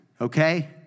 okay